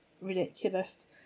ridiculous